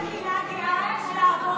אולי משהו על הקהילה הגאה?